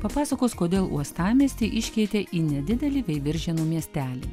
papasakos kodėl uostamiestį iškeitė į nedidelį veiviržėnų miestelį